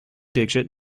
digit